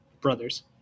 brothers